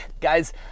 guys